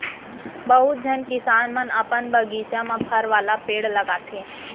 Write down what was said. बहुत झन किसान मन अपन बगीचा म फर वाला पेड़ लगाथें